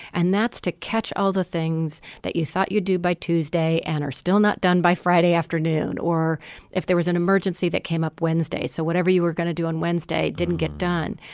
and that's to catch all the things that you thought you'd do by tuesday and are still not done by friday afternoon or if there was an emergency that came up wednesday. so whatever you were gonna do on wednesday didn't get done.